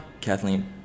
Kathleen